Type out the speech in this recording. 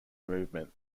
movement